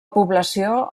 població